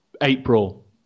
April